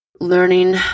learning